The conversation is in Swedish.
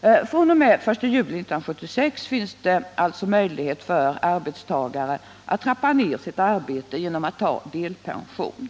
fr.o.m. den 1 juli 1976 finns alltså möjlighet för arbetstagare att trappa ned sitt arbete genom att ta delpension.